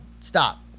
stop